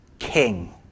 King